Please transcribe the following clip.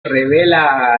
revela